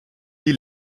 die